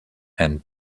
and